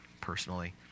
personally